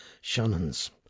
Shannon's